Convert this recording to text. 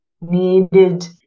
needed